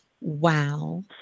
Wow